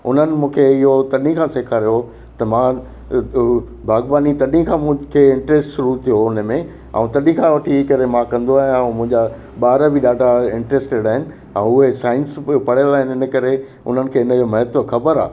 उन्हनि मूंखे इहो तॾहिं खां सेखारियो त मां बाग़बानी तॾहिं खां मूंखे इंटरेस्ट शुरू थियो उन में ऐं तॾहिं खां वठी करे मां कंदो आहियां ऐं मुंहिंजा ॿार बि ॾाढा इंटरस्टेड आहिनि ऐं उहे साईंस बि पढ़ियलु आहिनि इन करे उन्हनि खे इन जो महत्व ख़बरु आहे